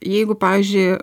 jeigu pavyzdžiui